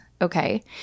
okay